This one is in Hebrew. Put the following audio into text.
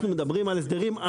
אנחנו מדברים על הסדרים.